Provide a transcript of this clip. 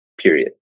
period